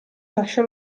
lascia